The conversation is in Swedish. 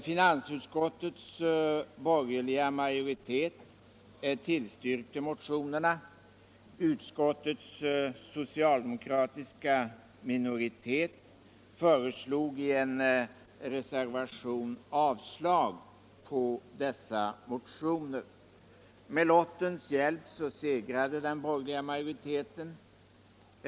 Finansutskottets borgerliga majoritet tillstyrkte motionerna, utskottets socialdemokratiska minoritet föreslog i en reservation avslag på dem. Med lottens hjälp segrade den borgerliga majoriteten.